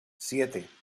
siete